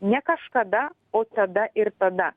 ne kažkada o tada ir tada